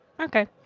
Okay